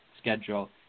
schedule